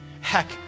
Heck